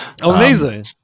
Amazing